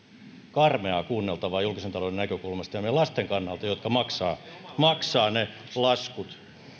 karmeaa kuunneltavaa julkisen talouden näkökulmasta ja meidän lastemme kannalta jotka maksavat ne laskut